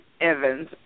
Evans